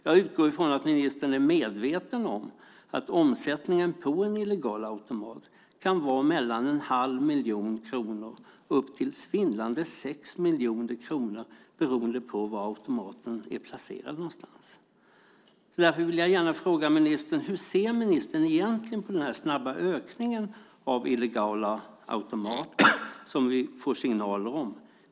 Jag utgår från att ministern är medveten om att omsättningen på en illegal automat kan vara mellan 1⁄2 miljon kronor och svindlande 6 miljoner kronor beroende på var automaten är placerad. Därför vill jag gärna fråga ministern hur han egentligen ser på den snabba ökningen av illegala automater som vi får signaler om.